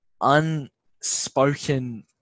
unspoken